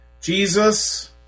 Jesus